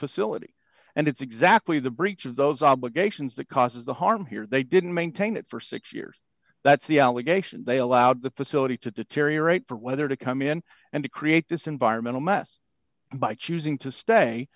facility and it's exactly the breach of those obligations that causes the harm here they didn't maintain it for six years that's the allegation they allowed the facility to deteriorate for whether to come in and create this environmental mess by choosing to stay